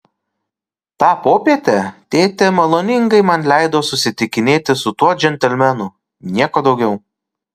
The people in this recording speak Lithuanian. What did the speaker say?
tą popietę tėtė maloningai man leido susitikinėti su tuo džentelmenu nieko daugiau